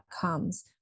comes